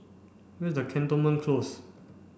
where is Cantonment Close